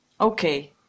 okay